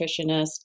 nutritionist